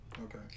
Okay